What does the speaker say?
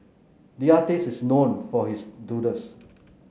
the artist is known for his doodles